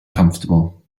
comfortable